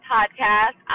Podcast